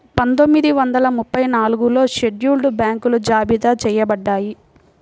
పందొమ్మిది వందల ముప్పై నాలుగులో షెడ్యూల్డ్ బ్యాంకులు జాబితా చెయ్యబడ్డాయి